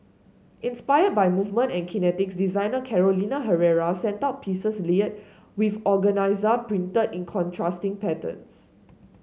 inspired by movement and kinetics designer Carolina Herrera sent out pieces layered with organza printed in contrasting patterns